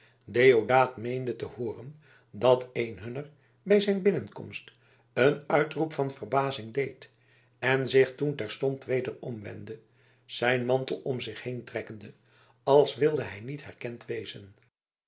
deodaat meende te hooren dat een hunner bij zijn binnenkomst een uitroep van verbazing deed en zich toen terstond weder omwendde zijn mantel om zich heen trekkende als wilde hij niet herkend wezen